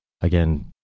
again